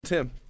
Tim